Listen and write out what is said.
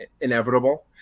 inevitable